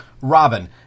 Robin